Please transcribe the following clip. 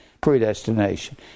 predestination